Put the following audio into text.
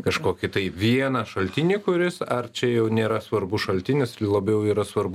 kažkokį tai vieną šaltinį kuris ar čia jau nėra svarbus šaltinis labiau yra svarbu